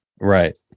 right